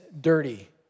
dirty